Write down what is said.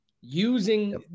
using